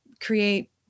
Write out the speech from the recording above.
create